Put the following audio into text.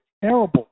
Terrible